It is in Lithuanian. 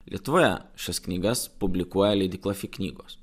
lietuvoje šias knygas publikuoja leidykla fi knygos